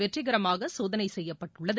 வெற்றிகரமாக சோதனை செய்யப்பட்டுள்ளது